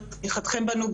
על תמיכתכם בנו,